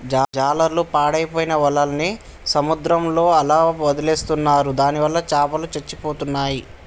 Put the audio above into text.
జాలర్లు పాడైపోయిన వాళ్ళని సముద్రంలోనే అలా వదిలేస్తున్నారు దానివల్ల చాపలు చచ్చిపోతున్నాయి